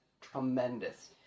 Tremendous